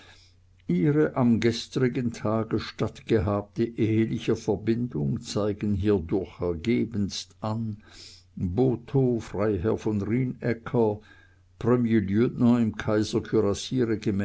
ihre am gestrigen tage stattgehabte eheliche verbindung zeigen hierdurch ergebenst an botho freiherr von rienäcker premierlieutenant im